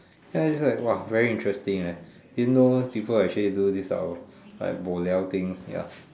ya is like !wah! very interesting eh people actually do this type of like bo liao things ya